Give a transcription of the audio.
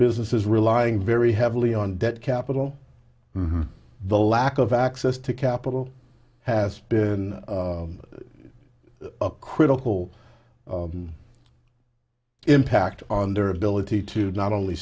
businesses relying very heavily on that capital the lack of access to capital has been a critical impact on their ability to not only